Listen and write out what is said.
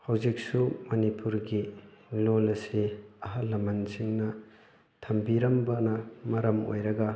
ꯍꯧꯖꯤꯛꯁꯨ ꯃꯅꯤꯄꯨꯔꯒꯤ ꯂꯣꯜ ꯑꯁꯤ ꯑꯍꯜ ꯂꯃꯟꯁꯤꯡꯅ ꯊꯝꯕꯤꯔꯝꯕꯅ ꯃꯔꯝ ꯑꯣꯏꯔꯒ